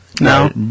No